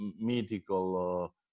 mythical